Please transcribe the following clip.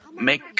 make